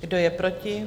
Kdo je proti?